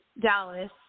Dallas